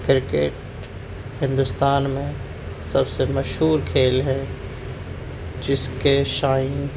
cricket Hindustan میں سب سے مشہور کھیل ہے جس کے شائین